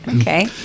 Okay